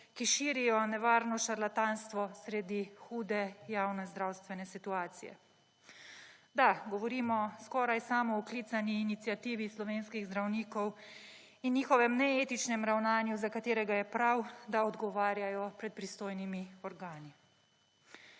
ki širijo nevarno šarlatanstvo sredi hude javne zdravstvene situacije. Da, govorim o skoraj samooklicani iniciativi slovenskih zdravnikov in njihovem neetičnem ravnanju, za katerega je prav, da odgovarjajo pred pristojnimi organi.